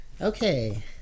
Okay